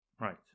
right